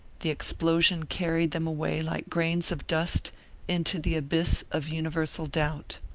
the explosion carried them away like grains of dust into the abyss of universal doubt.